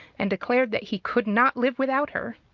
and declared that he could not live without her.